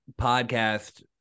podcast